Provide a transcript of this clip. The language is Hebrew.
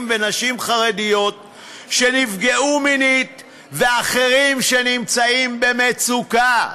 ונשים חרדיות שנפגעו מינית ואחרים שנמצאים במצוקה?